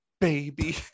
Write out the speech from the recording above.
baby